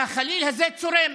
והחליל הזה צורם,